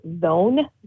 Zone